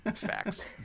Facts